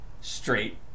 straight